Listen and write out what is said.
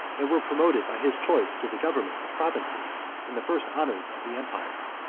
and were promoted by his choice to the government of provinces and the first honors of the empire.